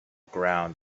ground